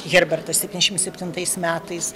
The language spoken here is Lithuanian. herbertas septyniasdešimt septintais metais